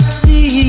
see